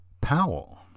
Powell